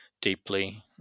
deeply